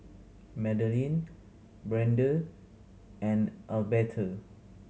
Madalyn Brande and Alberta